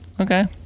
Okay